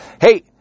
Hey